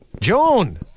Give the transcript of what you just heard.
Joan